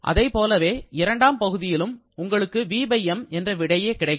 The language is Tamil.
அதைப்போலவே இரண்டாம் பகுதியிலும் உங்களுக்கு Vm என்ற விடையே கிடைக்கும்